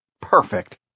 Perfect